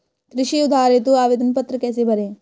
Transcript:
कृषि उधार हेतु आवेदन पत्र कैसे भरें?